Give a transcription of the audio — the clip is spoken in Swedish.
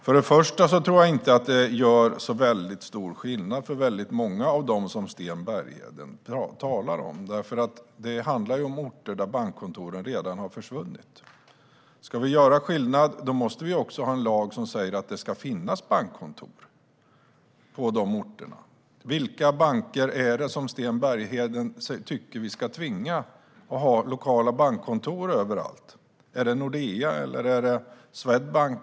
Först och främst tror jag inte att det gör så stor skillnad för många av dem Sten Bergheden talar om. Det handlar nämligen om orter där bankkontoren redan har försvunnit. Ska vi göra skillnad måste vi också ha en lag som säger att det ska finnas bankkontor på dessa orter, och vilka banker är det Sten Bergheden tycker vi ska tvinga att ha lokala bankkontor överallt? Är det Nordea, eller är det Swedbank?